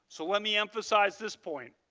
so let me emphasize this point.